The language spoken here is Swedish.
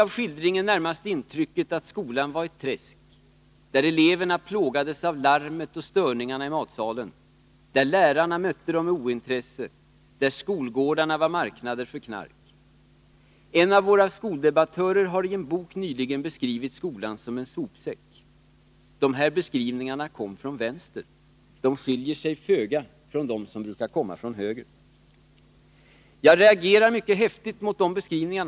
Av skildringen fick jag närmast intrycket att skolan var ett träsk, där eleverna plågades av larmet och störningarna i matsalen, där lärarna mötte dem med ointresse och där skolgårdarna var marknader för knark. En av våra skoldebattörer har i en bok nyligen beskrivit skolan som en sopsäck. Dessa beskrivningar kommer från vänster — de skiljer sig föga från dem som brukar komma från höger. Jag reagerar mycket häftigt mot dessa beskrivningar.